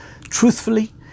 Truthfully